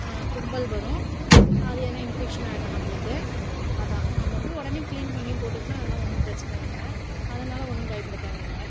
தும்மல் வரும் அது எதுனால் இன்ஃபெக்ஷன் ஆயிடும் நம்மளுக்கு அதுதான் நம்ம அப்படியே உடனே க்ளீன் பண்ணி போட்டுட்டோன்னா அதலாம் ஒன்றும் பிரச்சனை இல்லை அதனால ஒன்றும் பயப்பட தேவை இல்லை